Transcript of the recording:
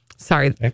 Sorry